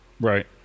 Right